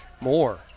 more